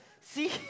See